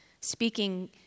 speaking